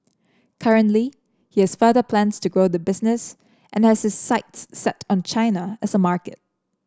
currently he has further plans to grow the business and has his sights set on China as a market